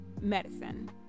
medicine